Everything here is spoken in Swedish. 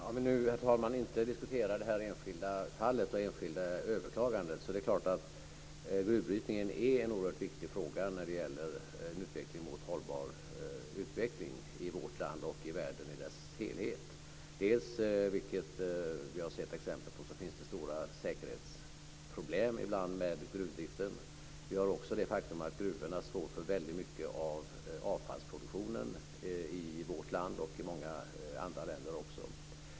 Herr talman! Om vi nu inte diskuterar det här enskilda fallet, det enskilda överklagandet, är det klart att gruvbrytningen är en oerhört viktig fråga när det gäller att få en hållbar utveckling i vårt land och i världen i dess helhet. Dels, vilket vi har sett exempel på, finns det ibland stora säkerhetsproblem med gruvdriften, dels står gruvorna för väldigt mycket av avfallsproduktionen i vårt land och i många andra länder.